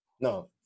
No